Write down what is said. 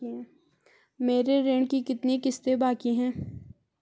मेरे ऋण की कितनी किश्तें बाकी हैं?